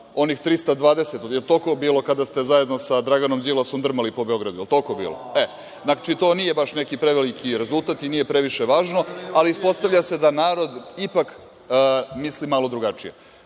onih 320. Jel toliko bilo kada ste zajedno sa Draganom Đilasom drmali po Beogradu? Jel toliko bilo? Znači, to nije bio baš neki prevelik rezultat i nije previše važno, ali ispostavlja se da narod ipak misli malo drugačije. Šta